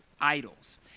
idols